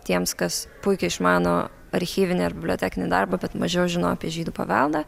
tiems kas puikiai išmano archyvinę ir bibliotekinį darbą bet mažiau žino apie žydų paveldą